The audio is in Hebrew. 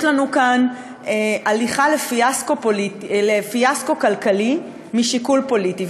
יש לנו כאן הליכה לפיאסקו כלכלי משיקול פוליטי.